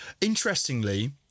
Interestingly